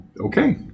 Okay